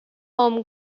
home